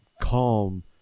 calm